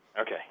Okay